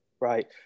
right